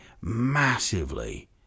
massively